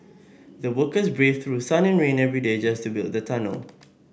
the workers braved through sun and rain every day just to build the tunnel